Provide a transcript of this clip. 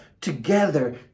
together